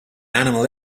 animal